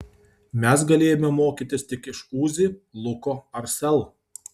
mes galėjome mokytis tik iš uzi luko ar sel